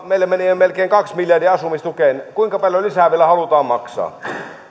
meillä menee jo melkein kaksi miljardia asumistukeen kuinka paljon lisää vielä halutaan maksaa keskustelu alkaa